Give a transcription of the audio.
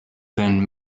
then